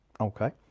Okay